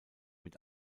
mit